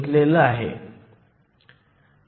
37 आहे